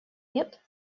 нет